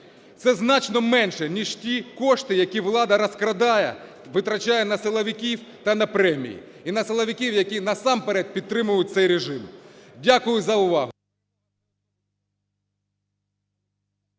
Це значно менше, ніж ті кошти, які влада розкрадає, витрачає на силовиків та на премії, і на силовиків, які насамперед підтримають цей режим. Дякую за увагу.